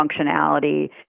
functionality